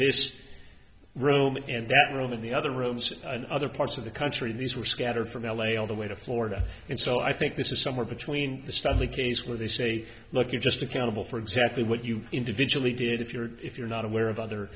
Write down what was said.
this room and that room or the other rooms in other parts of the country these were scattered from l a all the way to florida and so i think this is somewhere between the stanley case where they say look you just accountable for exactly what you individually did if you're if you're not aware of other